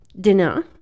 dinner